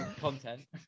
content